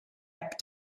app